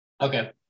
Okay